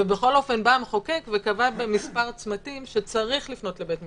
ובכל אופן בא המחוקק וקבע מספר צמתים שצריך לפנות לבית המשפט,